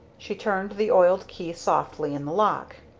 she turned the oiled key softly in the lock.